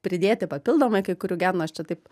pridėti papildomai kai kurių genų aš čia taip